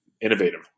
innovative